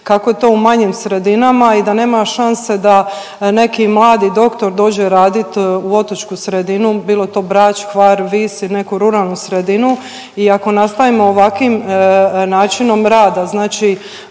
kako je to u manjim sredinama i da nema šanse da neki mladi doktor dođe radit u otočku sredinu bilo to Brač, Hvar, Vis i neku ruralnu sredinu i ako nastavimo ovakvim načinom rada znači